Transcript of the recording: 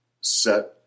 set